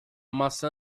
maçã